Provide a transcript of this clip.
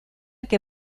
que